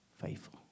faithful